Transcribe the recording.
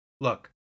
look